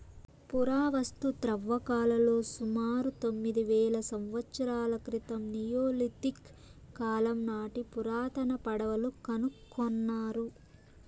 పురావస్తు త్రవ్వకాలలో సుమారు తొమ్మిది వేల సంవత్సరాల క్రితం నియోలిథిక్ కాలం నాటి పురాతన పడవలు కనుకొన్నారు